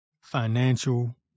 financial